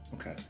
Okay